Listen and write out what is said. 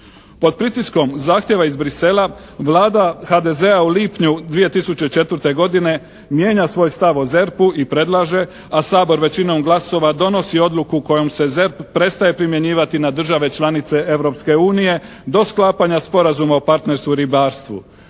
Pod pritiskom zahtjeva iz Bruxellesa Vlada HDZ-a u lipnju 2004. godine mijenja svoj stav o ZERP-u i predlaže, a Sabor većinom glasova donosi odluku kojom se ZERP prestaje primjenjivati na države članice Europske unije do sklapanja sporazuma o partnerstvu i ribarstvu.